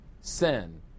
sin